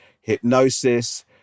hypnosis